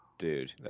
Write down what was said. Dude